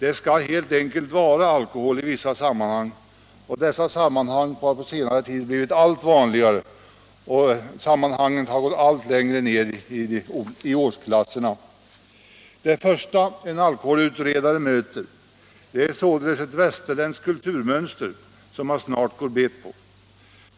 Det skall helt enkelt vara alkohol i vissa sammanhang, och dessa sammanhang har på senare tid blivit allt vanligare och gått allt längre ned i årsklasserna. Det första en alkoholutredare möter är således ett västerländskt kulturmönster som man snart går bet på.